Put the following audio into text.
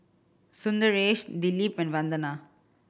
Sundaresh Dilip and Vandana